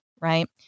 right